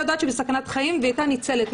יודעת שהיא בסכנת חיים והייתה ניצלת.